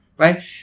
Right